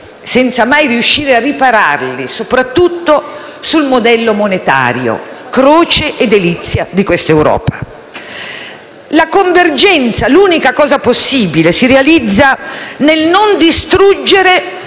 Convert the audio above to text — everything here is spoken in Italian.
senza mai però riuscire a ripararli, soprattutto sul modello monetario, croce e delizia di questa Europa. La convergenza - l'unica cosa possibile - si realizza nel non distruggere,